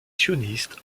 sioniste